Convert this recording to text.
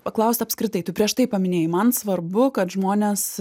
paklaust apskritai tu prieš tai paminėjai man svarbu kad žmonės